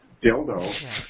dildo